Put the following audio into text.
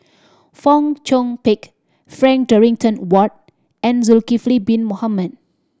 Fong Chong Pik Frank Dorrington Ward and Zulkifli Bin Mohamed